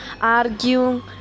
arguing